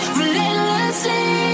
relentlessly